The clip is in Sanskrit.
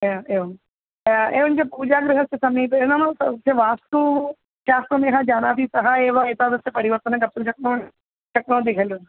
एवं एवं एवञ्च पूजागृहस्य समीपे नाम तस्य वास्तुशास्त्रं यः जानाति सः एव एतादृश परिवर्तनं कर्तुं शक्नुवन्ति शक्नुवन्ति खलु